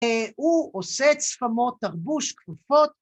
‫הוא עושה את שפמו, תרבוש, כפפות.